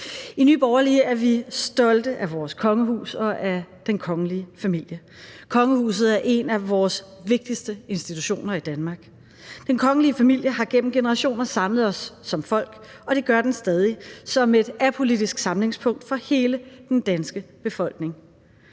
I Nye Borgerlige er vi stolte af vores kongehus og af den kongelige familie. Kongehuset er en af vores vigtigste institutioner i Danmark. Den kongelige familie har gennem generationer samlet os som folk, og det gør den stadig som et apolitisk samlingspunkt for hele den danske befolkning.